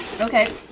Okay